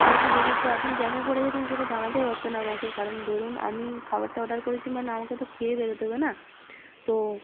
যেহেতু দেরি হচ্ছে আপনি জ্যামে পড়ে গেছেন সেটা জানাতে পারতেন আমাকে কারণ ধরুন আমি খাবরাটা অর্ডার করেছি মানে আমাকে তো খেয়ে বেরোতে হবে না তো